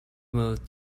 moved